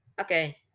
Okay